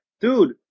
Dude